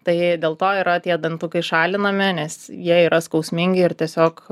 tai jai dėl to yra tie dantukai šalinami nes jie yra skausmingi ir tiesiog